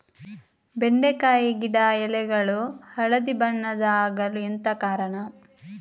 ಬೆಂಡೆಕಾಯಿ ಗಿಡ ಎಲೆಗಳು ಹಳದಿ ಬಣ್ಣದ ಆಗಲು ಎಂತ ಕಾರಣ?